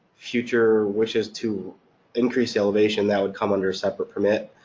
future wishes to increase elevation that would come under a separate permit,